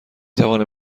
توانم